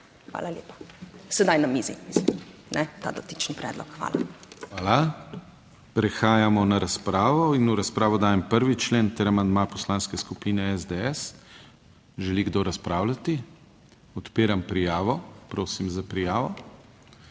Hvala lepa. Sedaj na mizi ta dotični predlog. Hvala. PODPREDSEDNIK DANIJEL KRIVEC: Hvala. Prehajamo na razpravo in v razpravo dajem 1. člen ter amandma Poslanske skupine SDS. Želi kdo razpravljati? Odpiram prijavo. Prosim za prijavo,